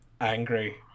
angry